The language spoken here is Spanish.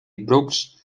brooks